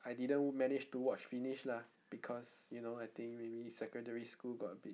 I didn't manage to watch finish lah because you know I think maybe secondary school got a bit